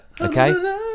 Okay